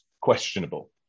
questionable